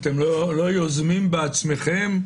אתם לא יוזמים בעצמכם?